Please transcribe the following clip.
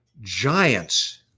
giants